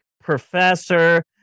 professor